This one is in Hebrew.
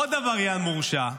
-- עוד עבריין מורשע,